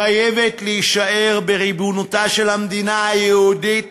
חייבת להישאר בריבונותה של המדינה היהודית